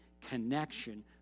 connection